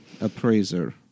appraiser